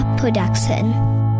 production